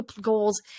goals